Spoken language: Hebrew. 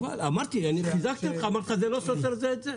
אני חיזקתי אותך, זה לא סותר זה את זה.